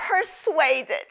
persuaded